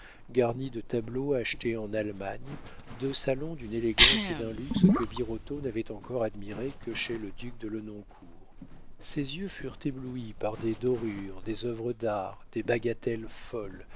garnie de tableaux achetés en allemagne deux salons d'une élégance et d'un luxe que birotteau n'avait encore admirés que chez le duc de lenoncourt ses yeux furent éblouis par des dorures des œuvres d'art des bagatelles folles